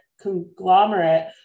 Conglomerate